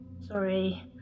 Sorry